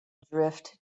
drift